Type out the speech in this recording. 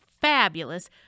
fabulous